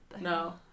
no